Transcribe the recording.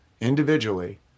individually